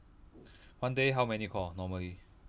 one day how many call normally